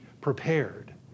prepared